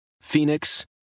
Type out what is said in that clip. Phoenix